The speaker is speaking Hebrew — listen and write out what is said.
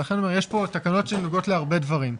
ולכן אני אומר שיש פה תקנות שנוגעות להרבה דברים.